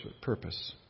purpose